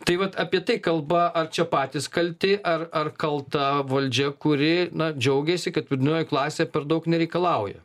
tai vat apie tai kalba ar čia patys kalti ar ar kalta valdžia kuri na džiaugiasi kad vidurinioji klasė per daug nereikalauja